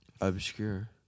obscure